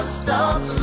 stop